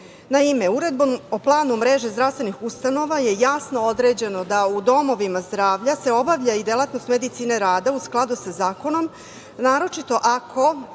uredbom o planu mreža zdravstvenih ustanova je jasno određeno da u domovima zdravlja se obavlja i delatnost medicine rada u skladu sa zakonom naročito ako